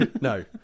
no